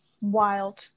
Wild